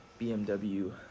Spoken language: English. BMW